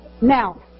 Now